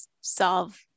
solve